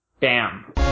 bam